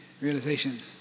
realization